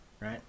Right